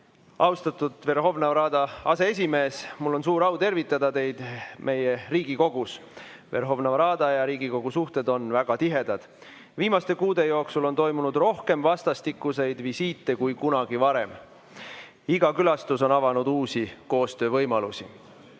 Verhovna Rada aseesimees! Mul on suur au tervitada teid meie Riigikogus. Verhovna Rada ja Riigikogu suhted on väga tihedad. Viimaste kuude jooksul on toimunud rohkem vastastikuseid visiite kui kunagi varem. Iga külastus on avanud uusi koostöövõimalusi.